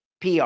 PR